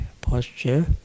posture